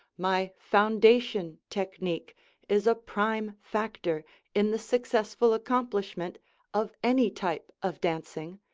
my foundation technique is a prime factor in the successful accomplishment of any type of dancing,